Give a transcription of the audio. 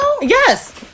Yes